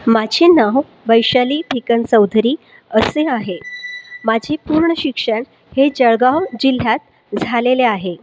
माझे नाव वैशाली भिकन चौधरी असे आहे माझी पूर्ण शिक्षण हे जळगाव जिल्ह्यात झालेले आहे